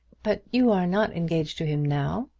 but you are not engaged to him now.